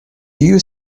you